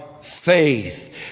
faith